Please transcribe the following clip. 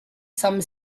some